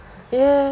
yeah